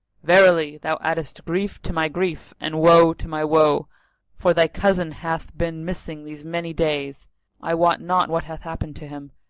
verily thou addest grief to my grief, and woe to my woe for thy cousin hath been missing these many days i wot not what hath happened to him,